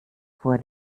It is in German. vor